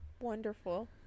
Wonderful